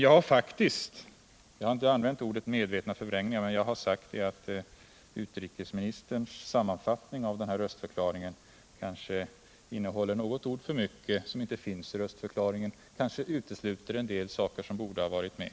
Jag har inte använt ordet medvetna förvrängningar, men jag har sagt att utrikesministerns sammanfattning av den här röstförklaringen kanske innehåller något ord för mycket som inte finns i röstförklaringen och kanske utesluter en del som borde ha varit med.